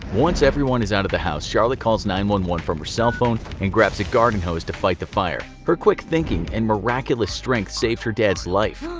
once everyone is out of the house, charlotte calls nine ll and from her cellphone and grabs a garden hose to fight the fire. her quick thinking and miraculous strength saved her dad's life.